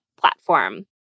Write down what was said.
platform